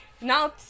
Now